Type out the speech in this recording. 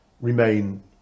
remain